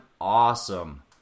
awesome